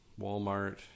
Walmart